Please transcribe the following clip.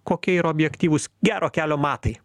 kokie yra objektyvūs gero kelio matai